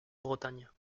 bretagne